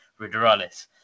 ruderalis